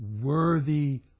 worthy